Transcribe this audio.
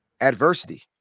adversity